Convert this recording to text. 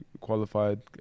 qualified